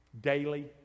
daily